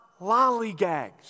lollygags